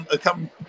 come